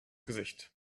gesicht